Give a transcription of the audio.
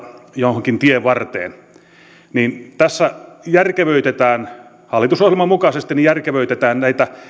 johonkin tienvarteen tässä järkevöitetään hallitusohjelman mukaisesti näitä